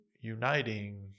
uniting